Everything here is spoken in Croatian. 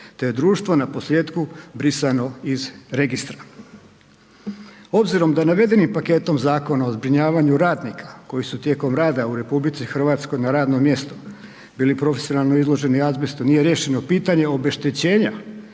te je društvo naposljetku brisano iz registra. Obzirom da navedeni paketom zakona o zbrinjavanju radnika koji su tijekom rada u RH na radnom mjestu bili profesionalno izloženi azbestu, nije riješeno pitanje obeštećenja